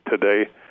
today